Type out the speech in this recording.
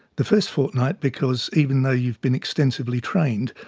the first fortnight because even though you've been extensively trained,